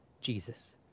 Jesus